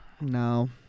no